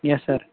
yes sir